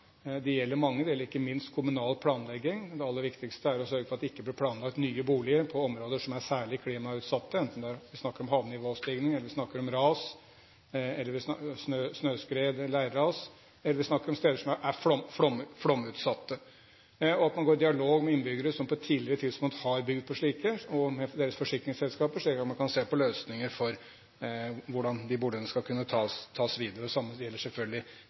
Det gjelder mange – det gjelder ikke minst kommunal planlegging. Det aller viktigste er å sørge for at det ikke blir planlagt nye boliger på områder som er særlig klimautsatte, enten det er snakk om havnivåstigning, om ras – snøskred, leirras – eller om steder som er flomutsatte, og at man går i dialog med innbyggere som på et tidligere tidspunkt har bygd på slike områder, og med deres forsikringsselskaper, slik at man kan se på løsninger for hvordan de boligene skal kunne tas videre. Det samme gjelder selvfølgelig